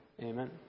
Amen